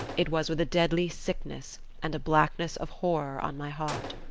it was with a deadly sickness and a blackness of horror on my heart.